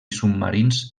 submarins